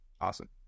Awesome